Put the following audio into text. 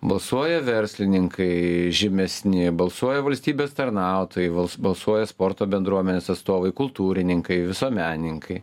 balsuoja verslininkai žymesni balsuoja valstybės tarnautojai balsuoja sporto bendruomenės atstovai kultūrininkai visuomenininkai